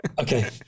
Okay